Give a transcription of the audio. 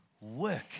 work